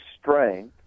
strength